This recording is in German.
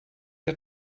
der